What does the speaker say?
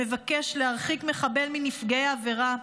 המבקש להרחיק מחבל מנפגעי העבירה,